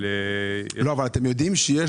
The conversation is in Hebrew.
אתם יודעים שיש